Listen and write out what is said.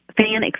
fan